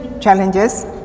challenges